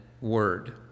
word